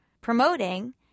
promoting